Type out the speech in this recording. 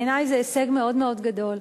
בעיני זה הישג מאוד מאוד גדול.